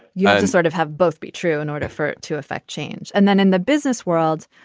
yeah and sort of have both be true in order for it to affect change. and then in the business world,